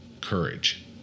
courage